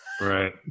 Right